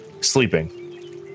sleeping